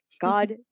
God